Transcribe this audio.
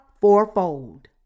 fourfold